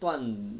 段